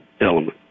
element